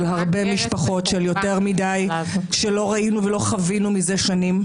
הרבה משפחות של יותר מדי שלא ראינו ולא חווינו מזה שנים.